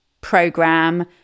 program